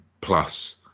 plus